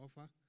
offer